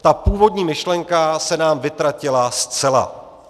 Ta původní myšlenka se nám vytratila zcela.